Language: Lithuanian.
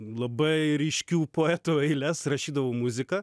labai ryškių poetų eiles rašydavau muziką